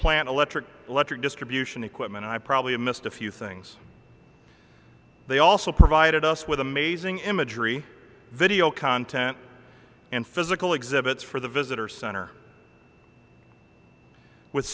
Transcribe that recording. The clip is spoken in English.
plant electric letter distribution equipment i probably missed a few things they also provided us with amazing imagery video content and physical exhibits for the visitor center w